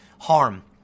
harm